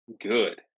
good